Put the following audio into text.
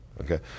Okay